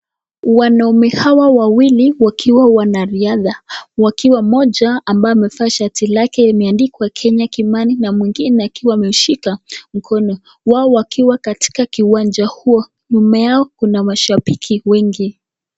Wanamme hawa wawili wakiwa wanariadha wakiwa mmoja ambaye amevaa shati lake lilioandikwa Kenya Kimani na mwingine akiwa amemshika mkono. Wao wakiwa katika kiwanja hicho. Nyuma yao kuna mashabiki wengi.